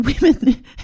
women